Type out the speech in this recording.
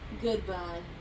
Goodbye